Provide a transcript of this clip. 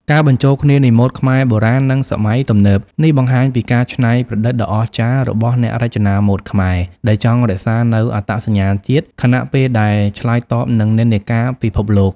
ការបញ្ចូលគ្នានៃម៉ូដខ្មែរ បុរាណ និងសម័យទំនើប នេះបង្ហាញពីការច្នៃប្រឌិតដ៏អស្ចារ្យរបស់អ្នករចនាម៉ូដខ្មែរ ដែលចង់រក្សានូវអត្តសញ្ញាណជាតិ ខណៈពេលដែលឆ្លើយតបនឹងនិន្នាការពិភពលោក។